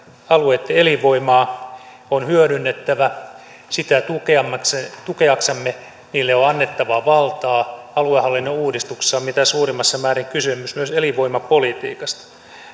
alueitten elinvoimaa on hyödynnettävä sitä tukeaksemme niille on annettava valtaa aluehallinnon uudistuksessa on mitä suurimmassa määrin kysymys myös elinvoimapolitiikasta